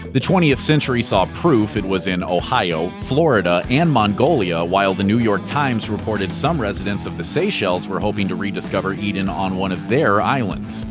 the twentieth century saw proof it was in ohio, florida, and mongolia, while the new york times reported some residents of the seychelles were hoping to rediscover eden on one of their islands.